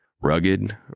Rugged